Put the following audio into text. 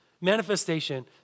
manifestation